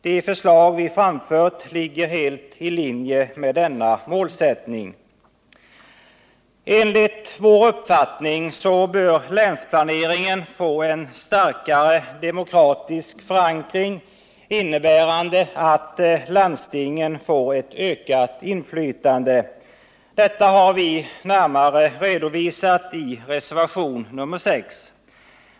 De förslag vi framfört ligger helt i linje med denna målsättning. Enligt vår uppfattning bör länsplaneringen få en starkare demokratisk förankring, innebärande att landstingen får ett ökat inflytande. Detta har vi närmare redovisat i reservation 6.